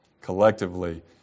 collectively